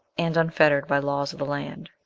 and unfettered by laws of the land.